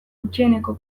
gutxieneko